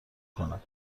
کنند